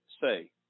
say